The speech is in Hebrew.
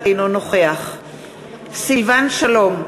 אינו נוכח סילבן שלום,